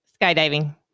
Skydiving